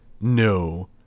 No